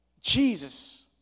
Jesus